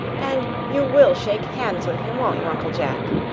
and you will shake hands with him, won't you, uncle jack?